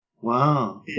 Wow